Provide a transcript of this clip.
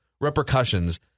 repercussions